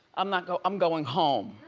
i'm not go, i'm going home,